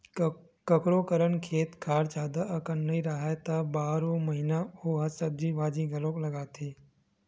कखोरो करन खेत खार जादा अकन नइ राहय त बारो महिना ओ ह सब्जी भाजी घलोक लगाथे